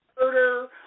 murder